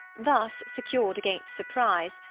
thus secured against surprise,